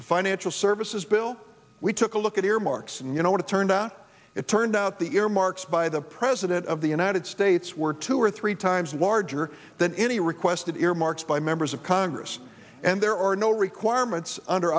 the financial services bill we took a look at earmarks and you know what it turned out it turned out the earmarks by the president of the united states were two or three times larger than any requested earmarks by members of congress and there are no requirements under